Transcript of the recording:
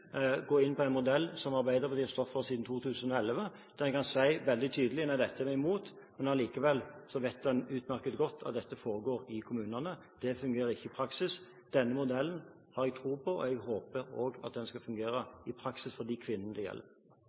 gå inn på en modell som Arbeiderpartiet har stått for siden 2011, der en kan si veldig tydelig: Nei, dette er vi imot, men likevel vet en utmerket godt at dette foregår i kommunene. Det fungerer ikke i praksis. Denne modellen har jeg tro på, og jeg håper også at den skal kunne fungere i praksis for de kvinnene det gjelder.